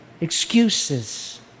excuses